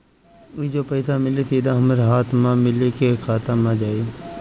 ई जो पइसा मिली सीधा हमरा हाथ में मिली कि खाता में जाई?